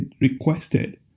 requested